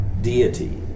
deity